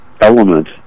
element